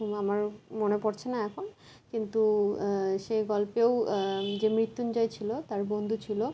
আমার মনে পড়ছে না এখন কিন্তু সে গল্পেও যে মৃত্যুঞ্জয় ছিলো তার বন্ধু ছিলো